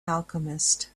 alchemist